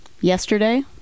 Yesterday